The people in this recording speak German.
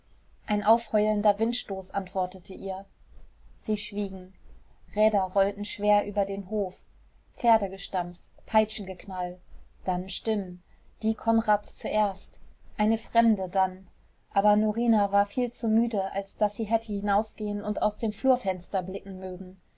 ein aufheulender windstoß antwortete ihr sie schwiegen räder rollten schwer über den hof pferdegestampf peitschengeknall dann stimmen die konrads zuerst eine fremde dann aber norina war viel zu müde als daß sie hätte hinausgehen und aus dem flurfenster blicken mögen